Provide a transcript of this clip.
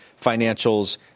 financials